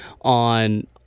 on